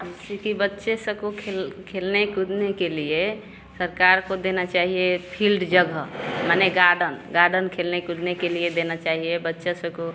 जैसे कि बच्चे सबको खेल खेलने कूदने के लिए सरकार को देना चाहिए फील्ड जगह माने गार्डन गार्डन खेलने कूदने के लिए देना चाहिए बच्चा सबको